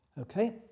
Okay